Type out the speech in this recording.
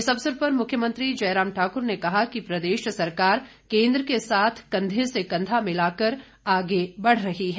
इस अवसर पर मुख्यमंत्री जयराम ठाकुर ने कहा कि प्रदेश सरकार केंद्र के साथ कंधे से कंधा मिलाकर आगे बढ़ रही है